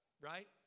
right